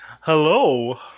Hello